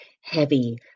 heavy